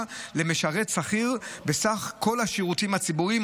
למשרת שכיר בסך כול השירותים הציבוריים,